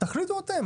תחליטו אתם,